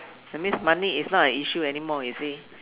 that means money is not an issue anymore you see